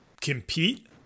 compete –